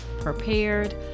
prepared